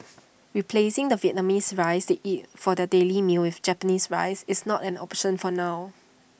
replacing the Vietnamese rice they eat for their daily meals with Japanese rice is not an option for now